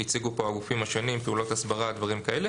הציגו פה הגופים השונים פעולות הסברה, דברים כאלה